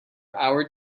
hour